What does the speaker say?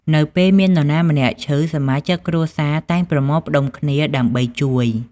នៅពេលមាននរណាម្នាក់ឈឺ សមាជិកគ្រួសារតែងប្រមូលផ្តុំគ្នា ដើម្បីជួយ។